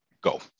go